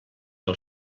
del